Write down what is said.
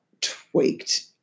tweaked